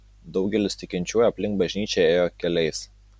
daugelis tikinčiųjų aplink bažnyčią ėjo keliais